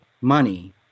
money